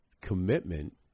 Commitment